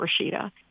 Rashida